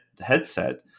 headset